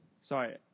Sorry